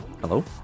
Hello